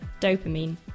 dopamine